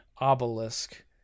obelisk